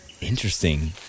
interesting